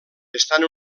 estan